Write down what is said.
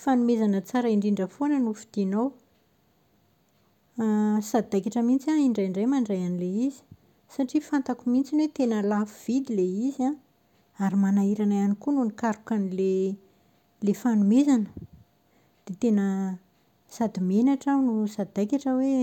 Ny fanomezana tsara indrindra foana no fidinao. Sadaikitra mihitsy aho indraindray mandray an'ilay izy. Satria fantako mihitsiny hoe tena lafo vidy ilay izy an, ary manahirana ihany koa no nikaroka an'ilay ilay fanomezana. Dia tena sady menatra aho no sadaikatra hoe